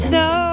no